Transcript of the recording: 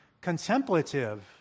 contemplative